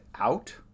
out